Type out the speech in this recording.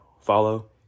follow